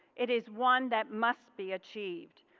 it is one that must be achieved.